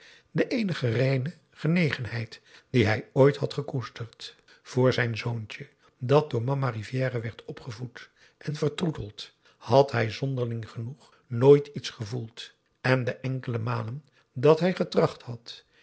de eenige reine genegenheid die hij ooit had gekoesterd voor zijn zoontje dat door mama rivière werd opgevoed en vertroeteld had hij zonderling genoeg nooit iets gevoeld en de enkele malen dat hij getracht had